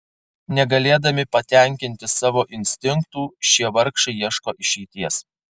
negalėdami patenkinti savo instinktų šie vargšai ieško išeities